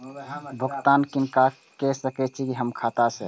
भुगतान किनका के सकै छी हम खाता से?